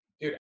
Dude